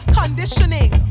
conditioning